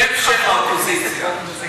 שם-שם מהאופוזיציה.